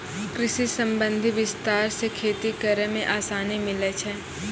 कृषि संबंधी विस्तार से खेती करै मे आसानी मिल्लै छै